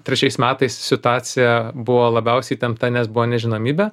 trečiais metais situacija buvo labiausiai įtempta nes buvo nežinomybė